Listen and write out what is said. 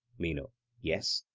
meno yes.